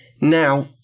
Now